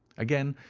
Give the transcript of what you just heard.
again,